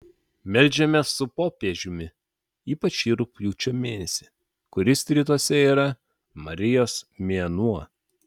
meldžiamės su popiežiumi ypač šį rugpjūčio mėnesį kuris rytuose yra marijos mėnuo